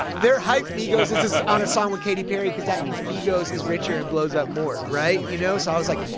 they're hyped migos is on a song with katy perry because that means migos is richer and blows up more, right, you know? so i was like,